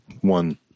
one